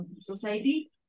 society